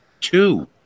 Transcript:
two